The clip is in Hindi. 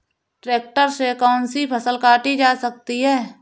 ट्रैक्टर से कौन सी फसल काटी जा सकती हैं?